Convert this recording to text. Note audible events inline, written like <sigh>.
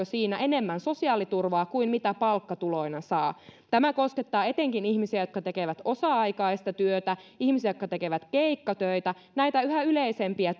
<unintelligible> siinä enemmän sosiaaliturvaa kuin mitä palkkatuloina saa tämä koskettaa etenkin ihmisiä jotka tekevät osa aikaista työtä ihmisiä jotka tekevät keikkatöitä näitä yhä yleisempiä <unintelligible>